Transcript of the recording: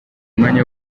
umwanya